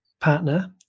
partner